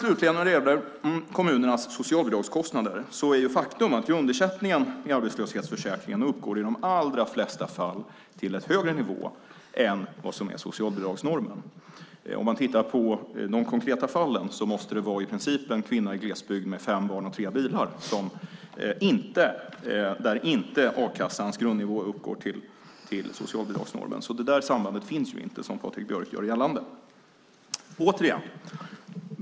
Slutligen vad gäller kommunernas socialbidragskostnader är faktum att grundersättningen i arbetslöshetsförsäkringen uppgår i de allra flesta fall till en högre nivå än vad som är socialbidragsnormen. Om man tittar på de konkreta fallen måste det i princip vara fråga om en kvinna i glesbygd med fem barn och tre bilar där a-kassans grundnivå inte uppgår till socialbidragsnormen. Det sambandet finns inte, som Patrik Björck gör gällande.